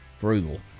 frugal